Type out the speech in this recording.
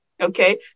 Okay